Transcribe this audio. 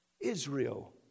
Israel